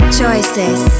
choices